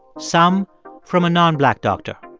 some from a nonblack doctor.